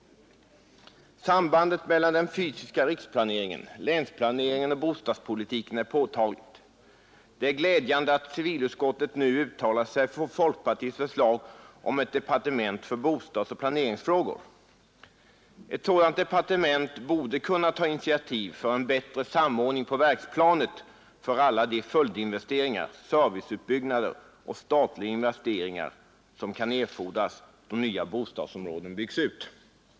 Sambandet mellan den fysiska riksplaneringen, länsplaneringen och bostadspolitiken är påtagligt. Det är glädjande att civilutskottet nu uttalat sig för folkpartiets förslag om ett departement för bostadsoch planeringsfrågor. Ett sådant departement borde kunna ta initiativ till en bättre samordning på verksplanet för alla de följdinvesteringar, serviceutbyggnader och statliga investeringar som kan erfordras då nya bostadsområden byggs ut.